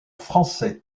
français